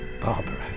Barbara